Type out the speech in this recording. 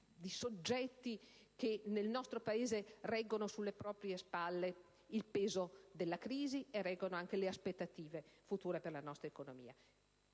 soggetti che nel nostro Paese reggono sulle proprie spalle il peso della crisi e le aspettative future per la nostra economia.